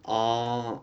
orh